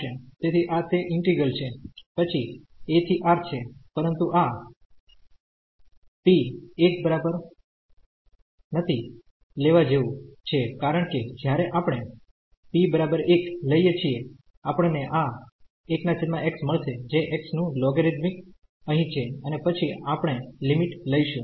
તેથી આ તે ઈન્ટિગ્રલછે પછી a ¿ R છે પરંતુ આ p ≠ 1 લેવા જેવું છે કારણ કે જ્યારે આપણે p 1 લઈએ છીએ આપણ ને આ 1x મળશે જે x નું લોગરીધમિક અહીં છે અને પછી આપણે લિમિટ લઈશું